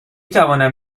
توانم